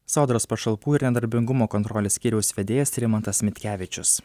sodros pašalpų ir nedarbingumo kontrolės skyriaus vedėjas rimantas mitkevičius